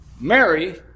Mary